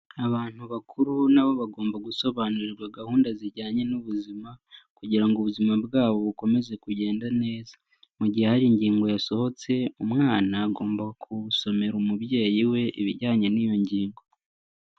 Abantu bakuru na bo bagomba gusobanurirwa gahunda zijyanye n'ubuzima kugira ngo ubuzima bwabo bukomeze kugenda neza. Mu gihe hari ingingo yasohotse, umwana agomba gusomera umubyeyi we ibijyanye n'iyo ngingo.